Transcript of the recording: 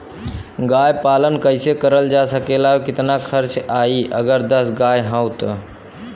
गाय पालन कइसे करल जा सकेला और कितना खर्च आई अगर दस गाय हो त?